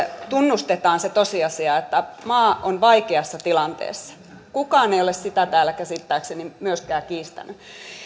tunnustetaan se tosiasia että maa on vaikeassa tilanteessa kukaan ei ole sitä täällä käsittääkseni myöskään kiistänyt